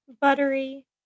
buttery